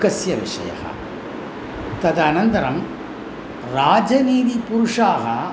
कस्य विषयः तदनन्तरं राजनीतिपुरुषाः